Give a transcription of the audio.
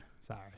Sorry